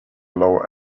lower